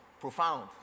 profound